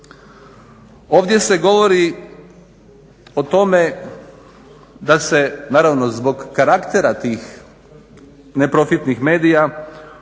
Ovdje se govori o tome da se naravno zbog karaktera tih neprofitnih medija